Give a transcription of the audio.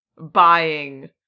buying